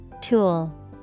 Tool